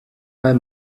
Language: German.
mal